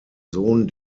sohn